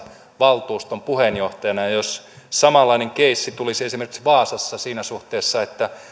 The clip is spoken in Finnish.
valtuuston puheenjohtajana jos samanlainen keissi tulisi esimerkiksi vaasassa siinä suhteessa että